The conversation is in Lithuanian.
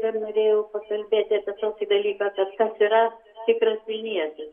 dar norėjau pakalbėti apie tokį dalyką tas kas yra tikras vilnietis